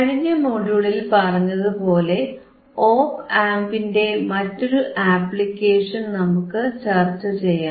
കഴിഞ്ഞ മൊഡ്യൂളിൽ പറഞ്ഞതുപോലെ ഓപ് ആംപിന്റെ മറ്റൊരു ആപ്ലിക്കേഷൻ നമുക്ക് ചർച്ചചെയ്യാം